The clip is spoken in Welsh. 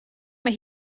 mae